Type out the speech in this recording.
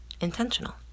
intentional